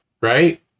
right